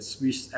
Swiss